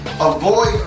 Avoid